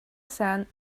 sand